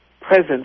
presence